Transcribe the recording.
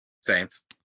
Saints